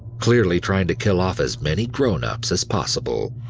clearly trying to kill off as many grownups as possible.